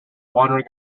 wandering